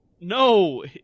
No